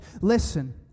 Listen